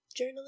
Journaling